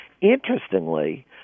Interestingly